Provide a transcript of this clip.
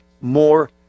more